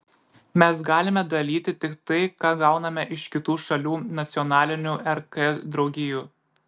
mes galime dalyti tik tai ką gauname iš kitų šalių nacionalinių rk draugijų